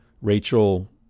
Rachel